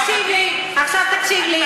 תקשיב לי, עכשיו תקשיב לי.